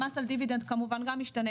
המס על דיבידנד כמובן גם משתנה,